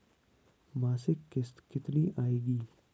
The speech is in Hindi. मासिक किश्त कितनी आएगी?